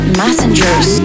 messengers